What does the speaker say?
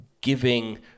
giving